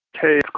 Hey